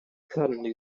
suddenly